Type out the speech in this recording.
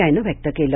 I नं व्यक्त केल